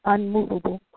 Unmovable